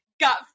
Got